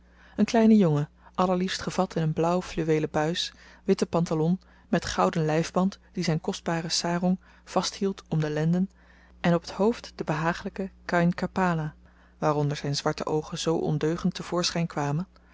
een kleine jongen allerliefst gevat in een blauw fluweelen buis witten pantalon met gouden lyfband die zyn kostbaren sarong vasthield om de lenden en op t hoofd den behagelyken kain kapala waaronder zyn zwarte oogen zoo ondeugend te voorschyn kwamen